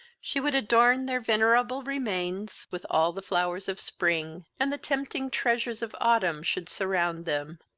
she would adorn their venerable remains with all the flowers of spring, and the tempting treasures of autumn should surround them.